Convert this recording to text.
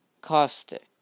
Caustic